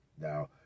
Now